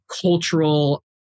cultural